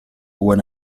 when